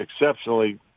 exceptionally